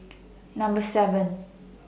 Number seven